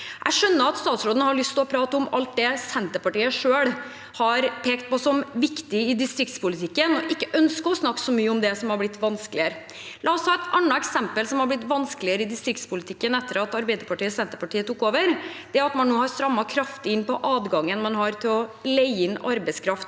Jeg skjønner at statsråden har lyst til å prate om alt det Senterpartiet selv har pekt på som viktig i distriktspolitikken, og ikke ønsker å snakke mye om det som har blitt vanskeligere. La oss ta et annet eksempel på noe som har blitt vanskeligere i distriktspolitikken etter at Arbeiderpartiet og Senterpartiet tok over, nemlig at man har strammet kraftig inn på adgangen til å leie inn arbeidskraft